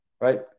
right